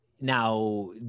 Now